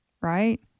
right